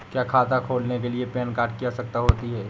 क्या खाता खोलने के लिए पैन कार्ड की आवश्यकता होती है?